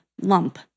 lump